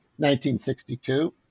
1962